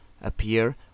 appear